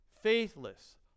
faithless